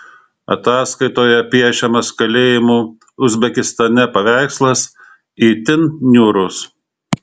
ataskaitoje piešiamas kalėjimų uzbekistane paveikslas itin niūrus